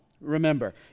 Remember